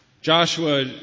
Joshua